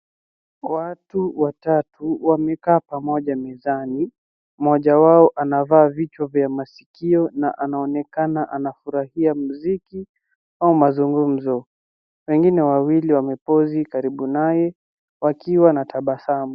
Watu watatu wamekaa pamoja mezani. Mmoja wao amevaa vichwa vya masikio na anaonekana anafurahia mziki au mazungumzo. Wengine wawili wamepose karibu naye wakiwa na tabasamu.